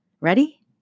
Ready